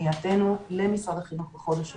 לפנייתנו למשרד החינוך בחודש אוקטובר,